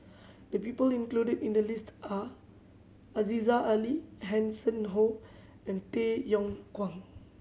the people included in the list are Aziza Ali Hanson Ho and Tay Yong Kwang